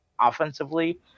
offensively